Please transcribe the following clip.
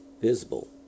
visible